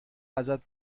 ازت